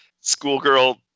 schoolgirl